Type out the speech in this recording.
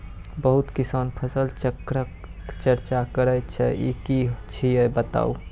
बहुत किसान फसल चक्रक चर्चा करै छै ई की छियै बताऊ?